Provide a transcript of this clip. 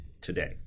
today